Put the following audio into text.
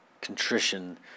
contrition